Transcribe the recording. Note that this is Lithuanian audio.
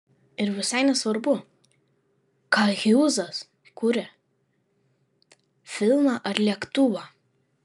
ir visai nesvarbu ką hjūzas kuria filmą ar lėktuvą